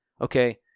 Okay